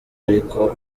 ariko